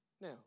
Now